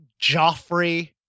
Joffrey